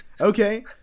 Okay